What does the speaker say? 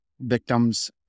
victims